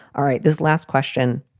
all right. this last question,